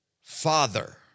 Father